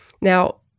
Now